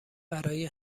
برای